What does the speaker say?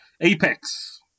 Apex